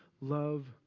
love